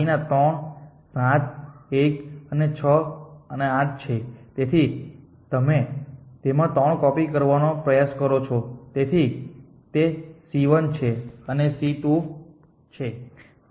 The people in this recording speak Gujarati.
બાકીના 3 7 1 અને 6 8 છે તેથી તમે તેમાં 3 કોપી કરવાનો પ્રયાસ કરો છો તેથી તે c 1 છે અને તે c 2 છે